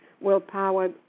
willpower